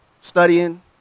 studying